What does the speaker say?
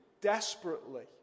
desperately